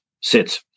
sit